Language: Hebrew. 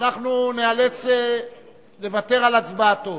אנחנו ניאלץ לוותר על הצבעתו.